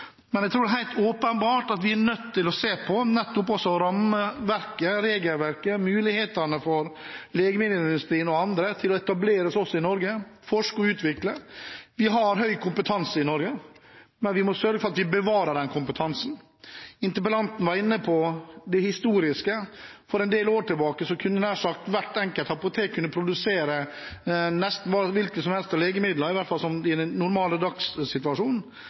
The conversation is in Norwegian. men jeg tror at vi helt åpenbart er nødt til også å se på nettopp rammeverket, regelverket, mulighetene for legemiddelindustrien og andre til å etablere seg i Norge, forske og utvikle. Vi har høy kompetanse i Norge, men vi må sørge for at vi bevarer den kompetansen. Interpellanten var inne på det historiske. For en del år tilbake kunne nær sagt hvert enkelt apotek produsere nesten hvilket som helst legemiddel, iallfall i den normale dagssituasjon. I dag er vi ikke der, i